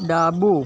ડાબું